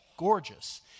gorgeous